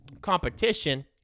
competition